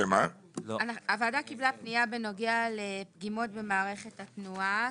הוועדה קיבלה פנייה בנוגע לפגימות במערכת התנועה.